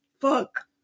Fuck